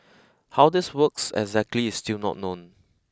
how this works exactly is still not known